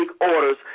orders